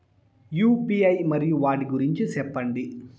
UPI మరియు వాటి గురించి సెప్పండి?